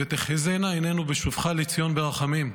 "ותחזינה עינינו בשובך לציון ברחמים".